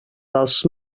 dels